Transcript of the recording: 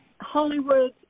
Hollywood